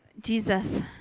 Jesus